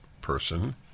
person